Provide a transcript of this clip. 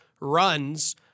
runs